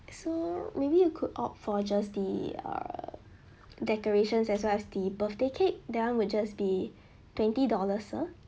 so maybe you could opt for just the err decorations as well as the birthday cake that [one] will just be twenty dollars sir